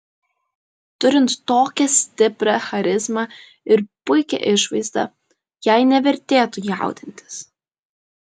turint tokią stiprią charizmą ir puikią išvaizdą jai nevertėtų jaudintis